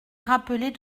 rappeler